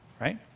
right